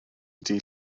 dydd